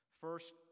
First